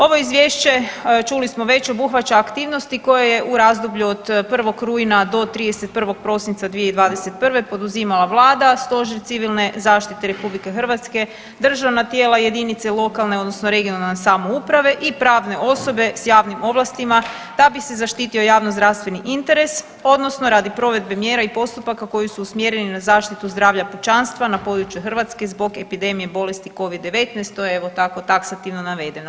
Ovo izvješće čuli smo već obuhvaća aktivnosti koje je u razdoblju od 1. rujna do 31. prosinca 2021. poduzimala Vlada, Stožer Civilne zaštite Republike Hrvatske, državna tijela i jedinice lokalne, odnosno regionalne samouprave i pravne osobe sa javnim ovlastima da bi se zaštitio javno-zdravstveni interes odnosno radi provedbe mjera i postupaka koji su usmjereni na zaštitu zdravlja pučanstva na području Hrvatske zbog epidemije bolesti covid-19 to je evo tako taksativno navedeno.